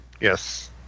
Yes